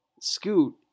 Scoot